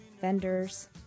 vendors